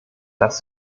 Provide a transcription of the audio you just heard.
das